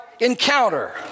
encounter